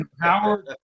Howard